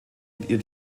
ihr